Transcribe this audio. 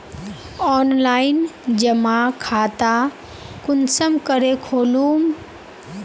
Online जमा खाता कुंसम करे खोलूम?